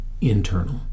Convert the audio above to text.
internal